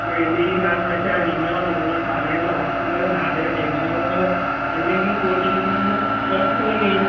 അപ്പോൾ എന്തെങ്കിലും കാരണവശാൽ നിങ്ങളോ നിങ്ങളുടെ സാധനങ്ങളോ വസ്തുക്കളോ സാധന ജങ്കമങ്കങ്ങളോ എന്തെങ്കിലും ബോട്ടിൽനിന്ന് പുറത്ത് പോയി കഴിഞ്ഞ്